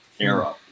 era